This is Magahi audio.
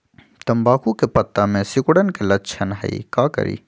तम्बाकू के पत्ता में सिकुड़न के लक्षण हई का करी?